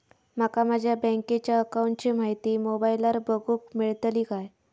माका माझ्या बँकेच्या अकाऊंटची माहिती मोबाईलार बगुक मेळतली काय?